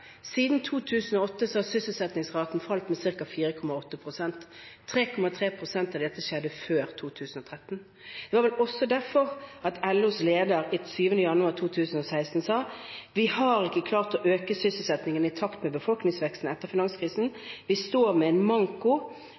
Siden 2008 har sysselsettingsraten falt med ca. 4,8 pst. 3,3 pst. av dette skjedde før 2013. Det er vel også derfor LOs leder 7. januar 2016 sa: «Vi har ikke klart å øke sysselsettingen i takt med befolkningsveksten etter finanskrisen. Vi står med en manko